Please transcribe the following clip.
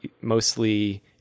mostly